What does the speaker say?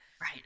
right